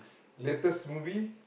latest movie